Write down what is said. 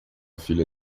filha